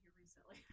recently